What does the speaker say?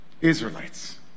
Israelites